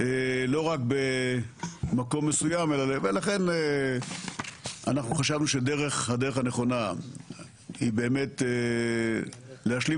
לא רק במקום מסוים ולכן אנחנו חשבנו שהדרך הנכונה היא באמת להשלים